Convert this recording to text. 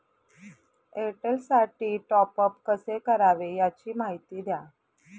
एअरटेलसाठी टॉपअप कसे करावे? याची माहिती द्या